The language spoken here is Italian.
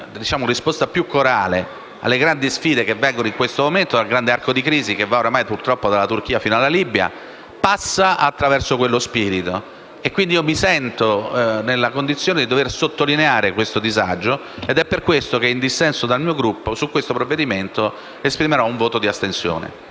una risposta più corale alle grandi sfide che vengono in questo momento dal grande arco di crisi, che va oramai purtroppo dalla Turchia fino alla Libia, passa attraverso quello spirito. Mi sento, quindi, nella condizione di dover sottolineare questo disagio ed è per questo che, in dissenso dal mio Gruppo, su questo provvedimento esprimerò un voto di astensione.